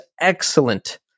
excellent